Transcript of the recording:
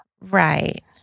Right